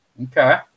Okay